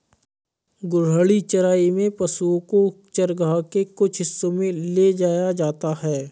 घूर्णी चराई में पशुओ को चरगाह के कुछ हिस्सों में ले जाया जाता है